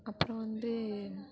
அப்புறம் வந்து